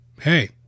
Hey